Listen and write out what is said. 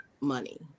money